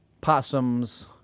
possums